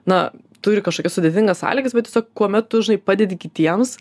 na turi kažkokias sudėtingas sąlygas bet tiesiog kuomet tu žinai padedi kitiems